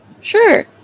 sure